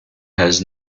has